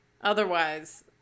otherwise